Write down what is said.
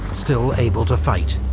still able to fight.